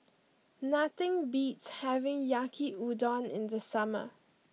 nothing beats having Yaki Udon in the summer